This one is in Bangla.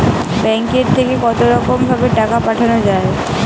ব্যাঙ্কের থেকে কতরকম ভাবে টাকা পাঠানো য়ায়?